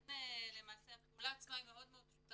לכן הפעולה עצמה מאוד פשוטה,